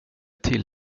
till